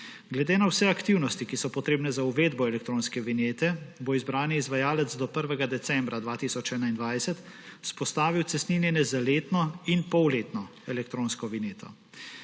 Glede na vse aktivnosti, ki so potrebne za uvedbo elektronske vinjete, bo izbrani izvajalec do 1. decembra 2021 vzpostavil cestninjenje za letno in poletno elektronsko vinjeto.